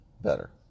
better